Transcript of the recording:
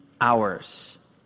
hours